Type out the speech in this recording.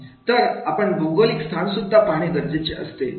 तर आपण भौगोलिक स्थान सुद्धा पाहणे गरजेचे असते